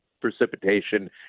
precipitation